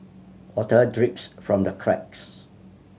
water drips from the cracks